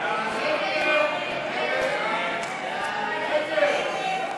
ההסתייגויות לסעיף 34,